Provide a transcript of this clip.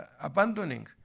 abandoning